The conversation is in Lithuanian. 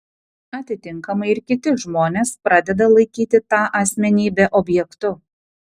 atitinkamai ir kiti žmonės pradeda laikyti tą asmenybę objektu